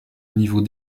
niveau